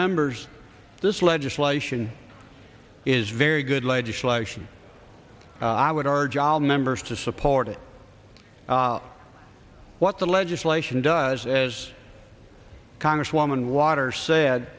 members this legislation is very good legislation i would our job members to support it what the legislation does as congresswoman waters sa